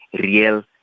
real